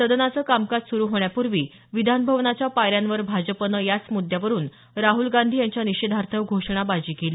सदनाचं कामकाज सुरू होण्यापूर्वी विधान भवनाच्या पायऱ्यांवर भाजपनं याच मुद्यावरून राहूल गांधी यांच्या निषेधार्थ घोषणाबाजी केली